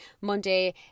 Monday